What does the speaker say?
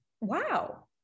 wow